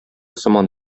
сыман